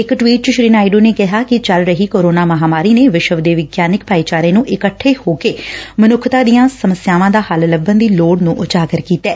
ਇਕ ਟਵੀਟ ਚ ਸ੍ਰੀ ਨਾਇਡੂ ਨੇ ਕਿਹਾ ਕਿ ਚੱਲ ਰਹੀ ਕੋਰੋਨਾ ਮਹਾਂਮਾਰੀ ਨੇ ਵਿਸ਼ਵ ਦੇ ਵਿਗਿਆਨਿਕ ਭਾਈਚਾਰੇ ਨੂੰ ਇੱਕਠੇ ਹੋਏ ਮਨੁੱਖਤਾ ਦੀਆ ਸਮੱਸਿਆ ਦਾ ਹੱਲ ਲੱਭਣ ਦੀ ਲੋੜ ਨੂੰ ਉਜਾਗਰ ਕੀਤੈ